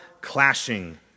clashing